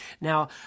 Now